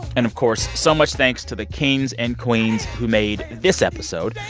and of course, so much thanks to the kings and queens who made this episode.